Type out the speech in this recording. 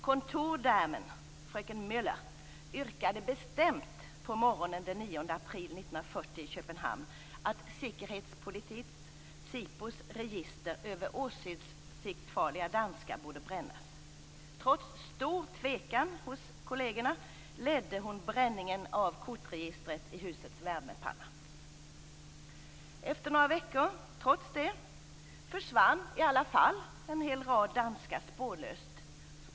Kontordame fröken i Köpenhamn att Sikkerhedspolitiets, SIPO:s, register över åsiktsfarliga danskar borde brännas. Trots stor tvekan hos kollegerna ledde hon bränningen av kortregistret i husets värmepanna. Efter några veckor försvann trots detta en hel rad danskar spårlöst.